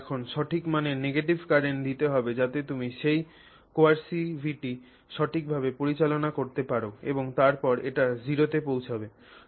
তোমাকে এখন সঠিক মানের নেগেটিভ কারেন্ট দিতে হবে যাতে তুমি সেই কোয়েরসিভিটি সঠিকভাবে পরিচালনা করতে পার এবং তারপর এটি 0 তে পৌঁছবে